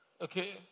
Okay